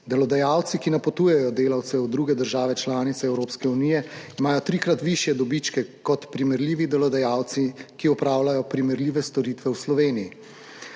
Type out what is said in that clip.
Delodajalci, ki napotujejo delavce v druge države članice Evropske unije, imajo trikrat višje dobičke kot primerljivi delodajalci, ki opravljajo primerljive storitve v Sloveniji.